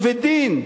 ובדין,